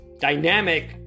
dynamic